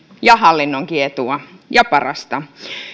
ja hallinnonkin etua ja parasta